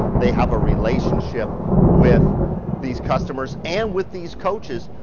they have a relationship with these customers and with these coaches.